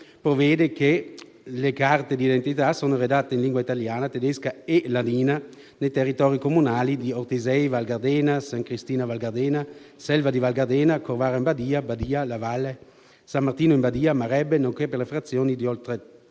prevede che: «Le carte di identità sono redatte in lingua italiana, tedesca e ladina, nei territori comunali di: Ortisei Val Gardena, S. Cristina Val Gardena, Selva di Val Gardena, Corvara in Badia, Badia, La Valle, San Martino in Badia, Marebbe, nonché per le frazioni Oltretorrente,